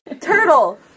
Turtle